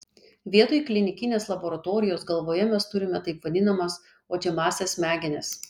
vietoj klinikinės laboratorijos galvoje mes turime taip vadinamas uodžiamąsias smegenis